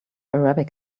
arabic